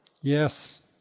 yes